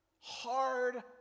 hard